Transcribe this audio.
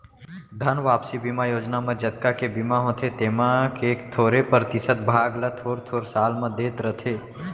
धन वापसी बीमा योजना म जतका के बीमा होथे तेमा के थोरे परतिसत भाग ल थोर थोर साल म देत रथें